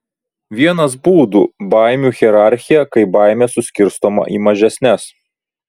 vienas būdų baimių hierarchija kai baimė suskirstoma į mažesnes